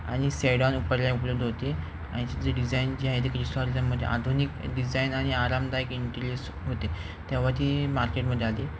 आणि सेडॉन उपायाला उपलब्ध होती आणि तिथले डिझाईन जे आहे ते क्लिस्टॉल ह्याच्यामते आधुनिक डिझाईन आणि आरामदायक इंटिरियस होते तेव्हा ती मार्केटमध्ये आली